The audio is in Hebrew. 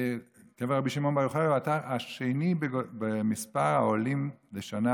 קבר רבי שמעון בר יוחאי הוא האתר השני במספר העולים לשנה,